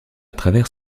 travers